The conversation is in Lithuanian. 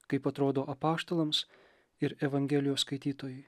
kaip atrodo apaštalams ir evangelijos skaitytojui